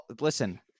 Listen